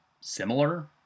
similar